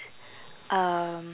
um